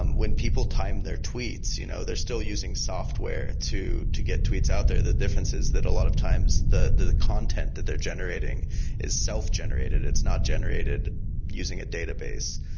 um when people time their tweets, you know they're still using software to to get tweets out there. the difference is that a lot of times, the the content that they're generating is self-generated. it's not generated using a database.